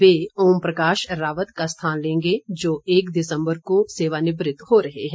वे ओमप्रकाश रावत का स्थान लेंगे जो एक दिसम्बर को सेवानिवृत हो रहे हैं